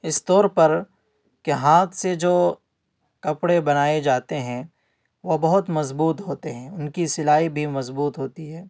اس طور پر کہ ہاتھ سے جو کپڑے بنائے جاتے ہیں وہ بہت مضبوط ہوتے ہیں ان کی سلائی بھی مضبوط ہوتی ہے